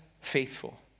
faithful